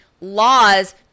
laws